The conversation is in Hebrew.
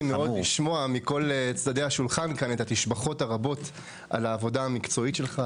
לשמוע מכל צדדי השולחן כאן את התשבחות הרבות על העבודה המקצועית שלך,